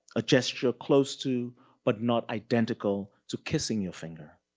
a gesture close to but not identical to kissing your finger.